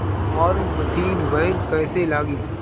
Form machine बैक कईसे लागी?